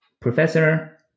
professor